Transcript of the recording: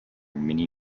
mini